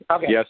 Yes